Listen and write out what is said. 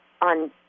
on